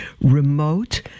remote